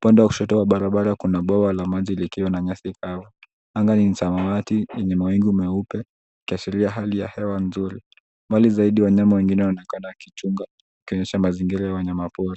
Kando ya barabara upande wa kushoto kuna alamaji, zikiwa zimefunikwa na nyasi za kahawia. Angani kuna mawimbi, anga ni wazi, ikionyesha hali ya hewa nzuri. Wanyama wengine wa nyama wapo karibu na shamba, wakila kwa utulivu